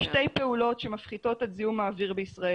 יש שתי פעולות שמפחיתות את זיהום האוויר בישראל